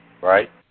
Right